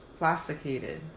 Plasticated